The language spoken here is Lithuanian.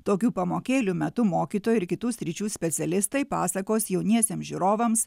tokių pamokėlių metu mokytojai ir kitų sričių specialistai pasakos jauniesiems žiūrovams